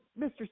Mr